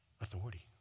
authority